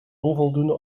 onvoldoende